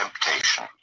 temptation